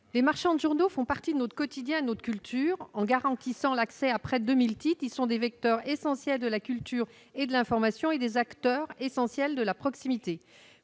les marchands de journaux font partie de notre quotidien et de notre culture. Garantissant l'accès à près de 2 000 titres, ils sont des vecteurs essentiels de la culture et de l'information et des acteurs essentiels de la proximité.